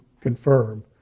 confirm